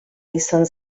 izan